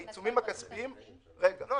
העיצומים הכספיים -- לא,